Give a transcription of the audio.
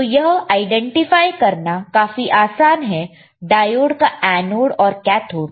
तो यह आईडेंटिफाई करना काफी आसान है डायोड का एनोड और कैथोड को